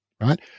right